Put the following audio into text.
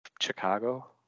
Chicago